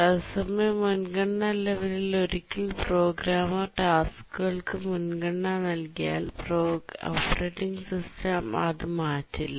തത്സമയ മുൻഗണന ലെവലിൽ ഒരിക്കൽ പ്രോഗ്രാമർ ടാസ്ക്കുകൾക്ക് മുൻഗണന നൽകിയാൽ ഓപ്പറേറ്റിംഗ് സിസ്റ്റം അത് മാറ്റില്ല